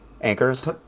anchors